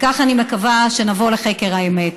וכך אני מקווה שנבוא לחקר האמת.